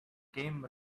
came